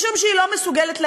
משום שהיא לא מסוגלת לאזן,